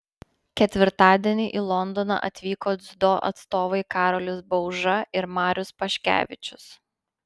ketvirtadienį į londoną atvyko dziudo atstovai karolis bauža ir marius paškevičius